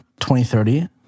2030